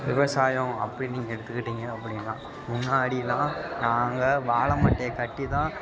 விவசாயம் அப்படின் நீங்கள் எடுத்துக்கிட்டிங்க அப்படின்னா முன்னாடிலாம் நாங்கள் வாழைமட்டைய கட்டிதான்